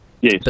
Yes